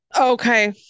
Okay